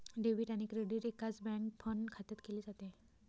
debit आणि credit एकाच bank fund खात्यात केले जाते